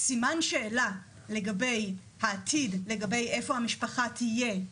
סימן שאלה לגבי העתיד, לגבי איפה המשפחה תהיה,